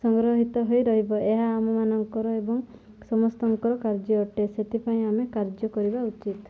ସଂଗ୍ରହିତ ହୋଇ ରହିବ ଏହା ଆମମାନାନଙ୍କର ଏବଂ ସମସ୍ତଙ୍କର କାର୍ଯ୍ୟ ଅଟେ ସେଥିପାଇଁ ଆମେ କାର୍ଯ୍ୟ କରିବା ଉଚିତ୍